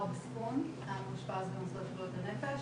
בסיכון המאושפז במוסדות לבריאות הנפש.